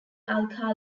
alkali